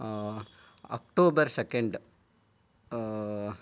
October second